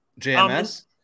JMS